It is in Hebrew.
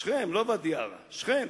שכם, לא ואדי-עארה, שכם,